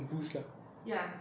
ambush lah